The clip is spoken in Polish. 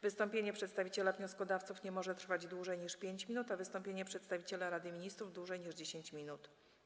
Wystąpienie przedstawiciela wnioskodawców nie może trwać dłużej niż 5 minut, a wystąpienie przedstawiciela Rady Ministrów - dłużej niż 10 minut.